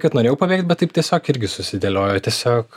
kad norėjau pabėgt bet taip tiesiog irgi susidėliojo tiesiog